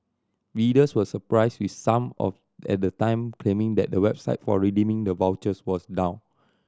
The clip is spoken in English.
readers were surprised with some of at the time claiming that the website for redeeming the vouchers was down